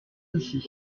d’ici